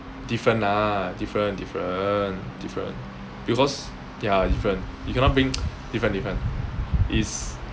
different lah different different different because they ya different you cannot bring different different is